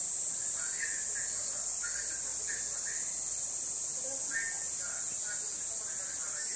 है बाजैया जोंखौ लिंहराब्रा थांनाय बोसोरावबो लिंहराखै नोंसोरो होमबा दा ओमफ्राय मा फिथाखौ नोंस्रा मारै मारै बानायो